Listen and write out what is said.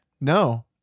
No